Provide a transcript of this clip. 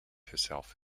herself